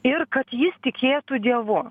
ir kad jis tikėtų dievu